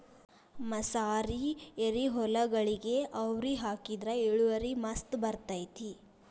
ಮಸಾರಿ ಎರಿಹೊಲಗೊಳಿಗೆ ಅವ್ರಿ ಹಾಕಿದ್ರ ಇಳುವರಿ ಮಸ್ತ್ ಬರ್ತೈತಿ